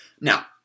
Now